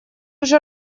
уже